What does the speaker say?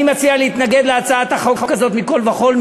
אני מציע להתנגד להצעת החוק הזאת מכול וכול,